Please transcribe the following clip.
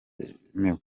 bitemewe